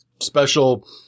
special